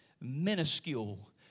minuscule